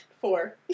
four